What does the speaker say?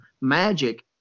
Magic